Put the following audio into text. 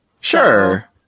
Sure